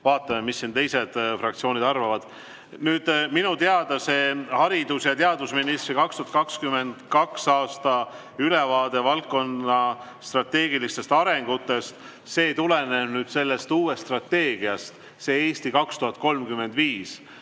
vaatame, mis siin teised fraktsioonid arvavad. Minu teada haridus- ja teadusministri 2022. aasta ülevaade valdkonna strateegilistest arengutest tuleneb uuest strateegiast "Eesti 2035",